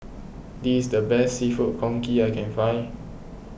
this is the best Seafood Congee I can find